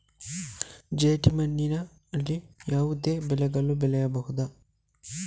ಜೇಡಿ ಮಣ್ಣಿನಲ್ಲಿ ಯಾವುದೆಲ್ಲ ಬೆಳೆಗಳನ್ನು ಬೆಳೆಯಬಹುದು?